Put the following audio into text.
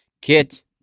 kit